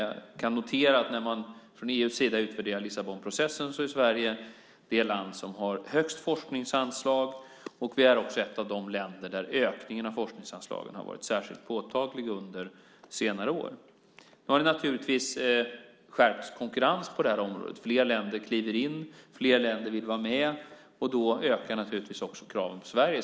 Jag kan notera att när man från EU:s sida utvärderar Lissabonprocessen är Sverige det land som har högst forskningsanslag och ett av de länder där ökningen av forskningsanslagen har varit särskilt påtaglig under senare år. Vi har naturligtvis skärpt konkurrens på det här området. Fler länder kliver in och fler länder vill vara med, och då ökar naturligtvis kraven på Sverige.